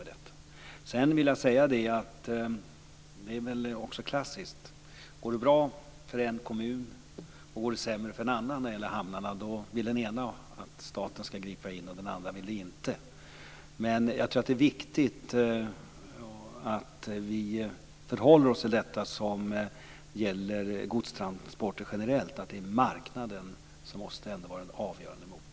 Sedan vill jag säga att det väl är klassiskt att om det går bra för en kommun och sämre för en annan när det gäller hamnarna vill den ena att staten skall gripa in, medan den andra inte vill det. Jag tror att det är viktigt att vi förhåller oss till detta på det sätt som gäller godstransporter generellt, att det är marknaden som ändå måste vara den avgörande motorn.